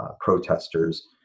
Protesters